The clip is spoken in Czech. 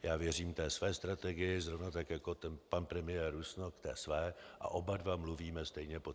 Já věřím té své strategii zrovna tak jako pan premiér Rusnok té své a oba dva mluvíme stejně poctivě.